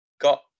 got